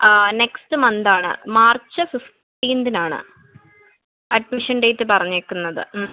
ആ നെക്സ്റ്റ് മന്താണ് മാർച്ച് ഫിഫ്റ്റീൻതിനാണ് അഡ്മിഷൻ ഡേറ്റ് പറഞ്ഞേക്കുന്നത്